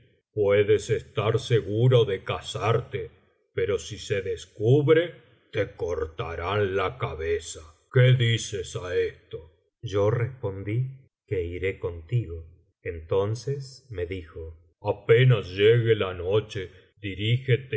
noches y una noche te pero si se descubre te cortarán la cabeza qué dices á esto yo respondí que iré contigo entonces me dijo apenas llegue la noche dirígete á